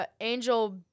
Angel